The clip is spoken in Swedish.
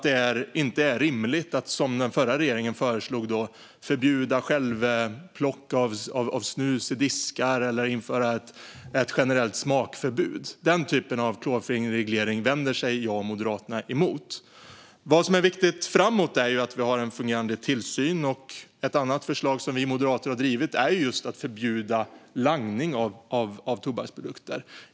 Det är inte rimligt att, som den förra regeringen föreslog, förbjuda självplock av snus i diskar eller införa ett generellt smakförbud. Den typen av klåfingrig reglering vänder jag och Moderaterna oss emot. Det som är viktigt framöver är att vi har en fungerande tillsyn. Ett annat förslag som Moderaterna har drivit är att förbjuda langning av tobaksprodukter.